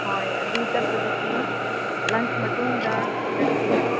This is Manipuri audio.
ꯍꯣꯏ ꯑꯗꯨ ꯆꯠꯄꯗꯨꯗꯤ ꯂꯟꯁ ꯃꯇꯨꯡꯗ ꯆꯠꯁꯦ